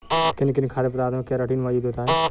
किन किन खाद्य पदार्थों में केराटिन मोजूद होता है?